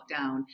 lockdown